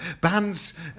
bands